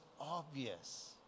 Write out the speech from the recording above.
obvious